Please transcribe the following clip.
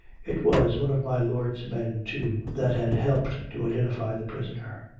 it was one of my lord's men, too, that had helped to identify the prisoner.